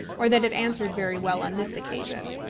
or that it answered very well on this occasion.